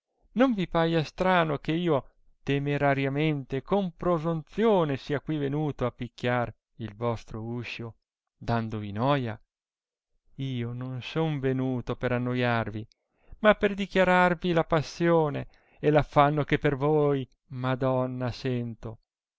non vi paia strano che io temerariamente e con prosonzione sia qui venuto a pichiar il vostro uscio dandovi noia io non son venuto per annoiarvi ma per dichiarirvi la passione e l affanno che per voi madonna sento